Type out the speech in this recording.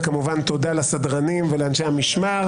וכמובן תודה לסדרנים ולאנשי המשמר.